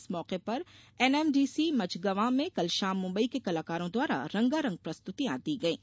इस मौके पर एनएमडीसी मझगवा में कल शाम मुम्बई के कलाकारों द्वारा रंगारंग प्रस्तुतियां दी गयी